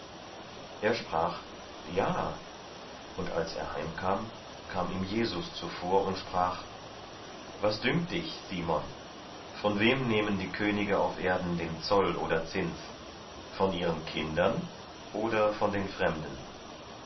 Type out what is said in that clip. er sprach ja und als er heimkam kam ihm jesus zuvor und sprach was dünkt dich simon von wem nehmen die könige auf erden den zoll oder zins von ihren kindern oder von den fremden